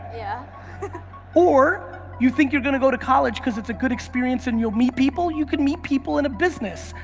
yeah or you think you're going to go to college cause it's a good experience and you'll meet people. you can meet people in a business.